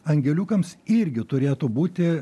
angeliukams irgi turėtų būti